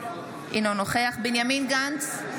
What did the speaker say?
אינו נוכח בנימין גנץ,